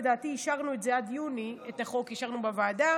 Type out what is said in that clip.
לדעתי אישרנו את החוק בוועדה